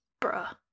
Bruh